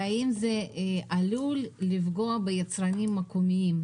והאם זה עלול לפגוע ביצרנים מקומיים?